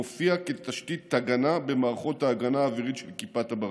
מופיע כתשתית הגנה במערכות ההגנה האווירית של כיפת הברזל.